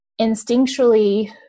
instinctually